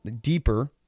deeper